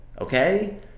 okay